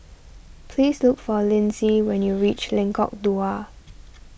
please look for Lynsey when you reach Lengkok Dua